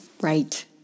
Right